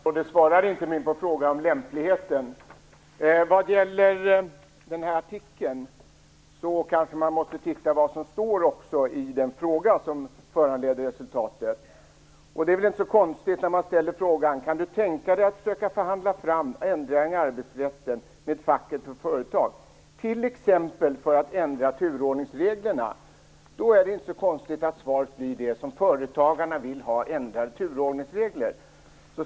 Fru talman! Statsrådet svarade inte på min fråga om lämpligheten. Vad gäller den här artikeln kanske man också måste titta på vad som står i den fråga som föranleder resultatet. Frågan löd: "Kan du tänka dig att försöka förhandla fram ändringar i arbetsrätten med facket på ditt företag, till exempel för att ändra turordningsreglerna?" Då är det inte så konstigt att svaret blir detta, eftersom företagarna vill ha ändrade turordningsregler.